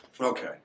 Okay